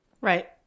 Right